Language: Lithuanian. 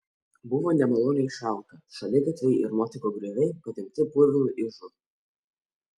buvo nemaloniai šalta šaligatviai ir nuotekų grioviai padengti purvinu ižu